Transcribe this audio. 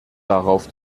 darauf